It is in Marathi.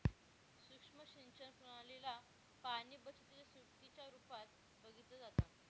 सुक्ष्म सिंचन प्रणाली ला पाणीबचतीच्या युक्तीच्या रूपात बघितलं जातं